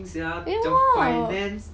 为什么